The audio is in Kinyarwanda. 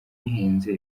bihenze